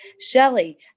Shelly